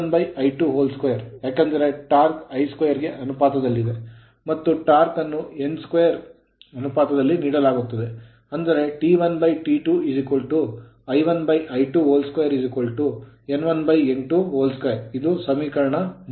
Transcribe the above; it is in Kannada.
ನಂತರ T1T2 I1 I22 ಏಕೆಂದರೆ torque ಟಾರ್ಕ್ I2 ಗೆ ಅನುಪಾತದಲ್ಲಿರುತ್ತದೆ ಮತ್ತು torque ಟಾರ್ಕ್ ಅನ್ನು n square ಚೌಕಕ್ಕೆ ಅನುಪಾತದಲ್ಲಿ ನೀಡಲಾಗುತ್ತದೆ ಅಂದರೆ T1T2 I1 I22 n1 n22 ಇದು ಸಮೀಕರಣ 3